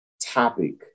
topic